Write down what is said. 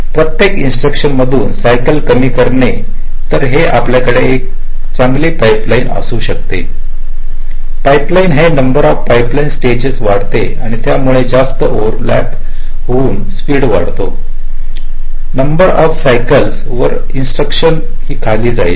प्रत्येक इन्स्ट्रक्शन मधून सायकल कमी करणे तर येथे आपल्याकडे एक चांगली पाइपलाइन असू शकते पाईपलाईन हे नंबर ऑफ पाईपलाईन स्टेजेस वाढते आणि त्यामुळे जास्त ओव्हर लेप होऊन स्पीड वाढते number of cycle per instruction ही खाली जाईल